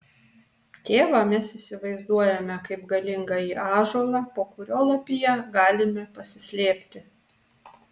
tėvą mes įsivaizduojame kaip galingąjį ąžuolą po kurio lapija galime pasislėpti